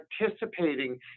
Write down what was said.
participating